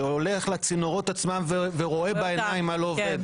שהולך לציוורות עצמם ורואה בעיניים מה לא עובד.